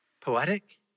poetic